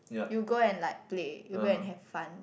you go and like play you go and have fun